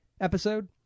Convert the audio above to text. episode